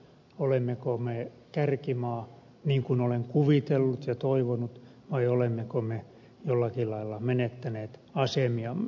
olemmeko me kärkimaa niin kuin olen kuvitellut ja toivonut vai olemmeko me jollakin lailla menettäneet asemiamme